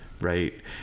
Right